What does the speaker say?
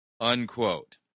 unquote